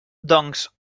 doncs